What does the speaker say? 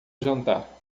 jantar